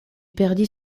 perdit